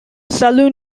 saloon